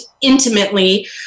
intimately